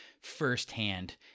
firsthand